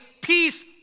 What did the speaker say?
peace